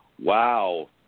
Wow